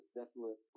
desolate